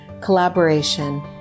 collaboration